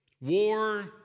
War